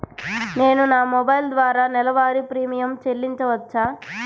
నేను నా మొబైల్ ద్వారా నెలవారీ ప్రీమియం చెల్లించవచ్చా?